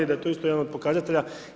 I da je to isto jedan od pokazatelja.